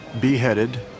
beheaded